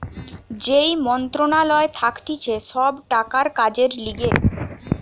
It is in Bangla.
যেই মন্ত্রণালয় থাকতিছে সব টাকার কাজের লিগে